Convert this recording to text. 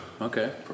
Okay